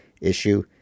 issue